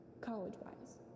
college-wise